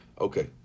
Okay